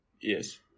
Yes